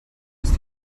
ist